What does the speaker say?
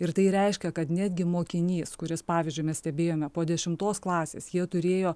ir tai reiškia kad netgi mokinys kuris pavyzdžiui mes stebėjome po dešimtos klasės jie turėjo